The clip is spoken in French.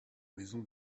maison